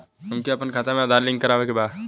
हमके अपना खाता में आधार लिंक करावे के बा?